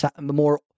more